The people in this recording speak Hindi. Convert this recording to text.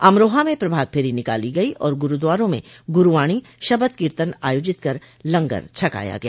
अमरोहा में प्रभातफेरी निकाली गई और गुरूद्वारों में गुरूवाणी शबद कीर्तन आयोजित कर लंगर छकाया गया